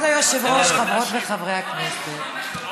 כבוד היושב-ראש, חברות וחברי הכנסת,